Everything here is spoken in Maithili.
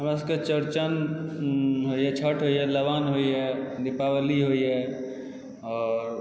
हमरा सबकेँ चौरचन होइए छठ होइए लवाण होइए दीपावली होइए आओर